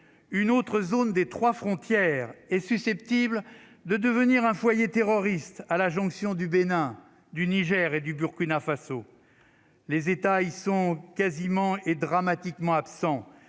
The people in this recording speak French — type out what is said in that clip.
une autre zone des trois frontières et susceptible de devenir un foyer terroriste à la jonction du Bénin, du Niger et du Burkina Faso. Les États, ils sont quasiment est dramatiquement absent